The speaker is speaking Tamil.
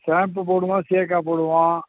ஷாம்பு போடுவோம் சீயக்காய் போடுவோம்